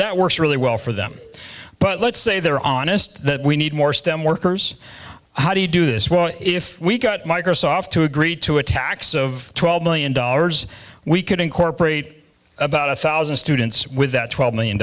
that works really well for them but let's say they're honest that we need more stem workers how do you do this well if we got microsoft to agree to a tax of twelve million dollars we could incorporate about a thousand students with that twelve million